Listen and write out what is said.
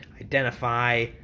Identify